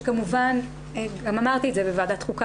גם אמרתי את זה בוועדת חוקה.